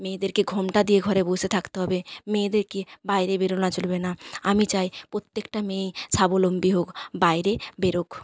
মেয়েদেরকে ঘোমটা দিয়ে ঘরে বসে থাকতে হবে মেয়েদেরকে বাইরে বেরোনা চলবে না আমি চাই প্রত্যেকটা মেয়েই স্বাবলম্বী হোক বাইরে বেরোক